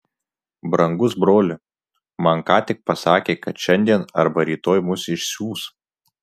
brangus broli man ką tik pasakė kad šiandien arba rytoj mus išsiųs